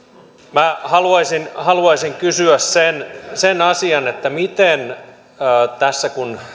minä haluaisin haluaisin kysyä sen sen asian että miten kun